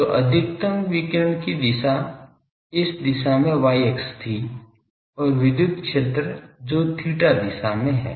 तो अधिकतम विकिरण की दिशा इस दिशा में y अक्ष थी और विद्युत क्षेत्र जो theta दिशा में है